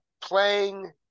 playing